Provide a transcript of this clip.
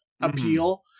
appeal